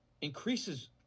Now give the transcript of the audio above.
increases